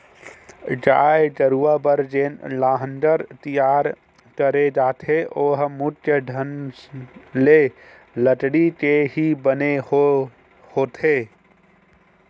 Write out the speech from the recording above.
गाय गरुवा बर जेन लांहगर तियार करे जाथे ओहा मुख्य ढंग ले लकड़ी के ही बने होय होथे